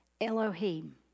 Elohim